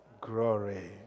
Glory